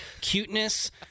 cuteness